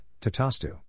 Tatastu